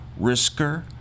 Risker